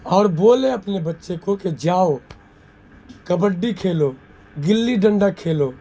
اور بولیں اپنے بچے کو کہ جاؤ کبڈی کھیلو گلی ڈنڈا کھیلو